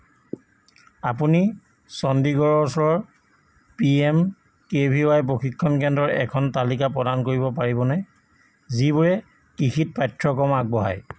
আপুনি চণ্ডীগড়ৰ ওচৰৰ P M K V Y প্ৰশিক্ষণ কেন্দ্ৰৰ এখন তালিকা প্ৰদান কৰিব পাৰিবনে যিবোৰে কৃষিত পাঠ্যক্ৰম আগবঢ়ায়